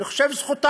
אני חושב שזכותם,